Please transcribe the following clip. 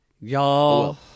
Y'all